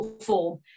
form